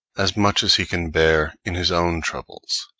as much as he can bear in his own troubles.